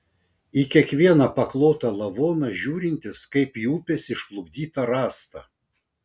į kiekvieną paklotą lavoną žiūrintis kaip į upės išplukdytą rąstą